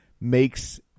makes